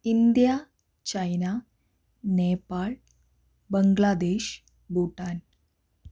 India China Nepal Bangladesh Bhutan